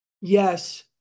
Yes